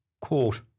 Quote